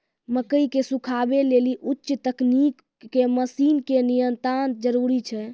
मकई के सुखावे लेली उच्च तकनीक के मसीन के नितांत जरूरी छैय?